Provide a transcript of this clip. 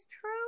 true